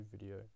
video